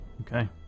Okay